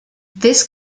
this